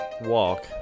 walk